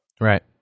Right